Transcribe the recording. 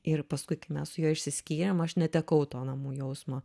ir paskui kai mes su juo išsiskyrėm aš netekau to namų jausmo